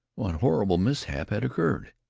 what horrible mishap had occurred?